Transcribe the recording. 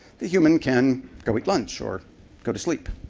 the human can go to lunch or go to sleep.